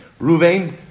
Ruvain